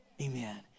Amen